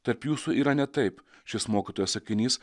tarp jūsų yra ne taip šis mokytojo sakinys